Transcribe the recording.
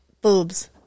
Boobs